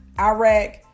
Iraq